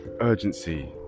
urgency